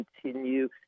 continue